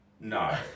no